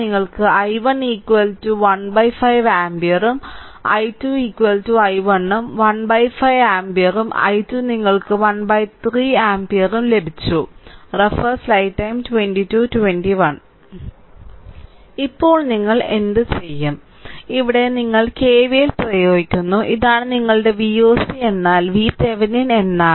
നിങ്ങൾക്ക് i1 15 ആമ്പിയറും i2 i1 ഉം 15 ആമ്പിയറും i2 നിങ്ങൾക്ക് 13 ആമ്പിയറും ലഭിച്ചു ഇപ്പോൾ നിങ്ങൾ എന്തുചെയ്യും ഇവിടെ നിങ്ങൾ KVL പ്രയോഗിക്കുന്നു ഇതാണ് നിങ്ങളുടെ Voc എന്നാൽ VThevenin എന്നാണ്